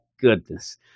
goodness